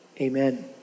Amen